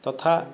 ତଥା